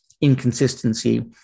inconsistency